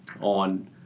on